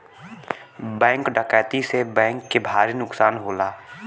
bank डकैती से bank के भारी नुकसान होला